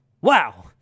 Wow